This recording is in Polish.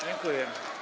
Dziękuję.